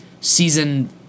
Season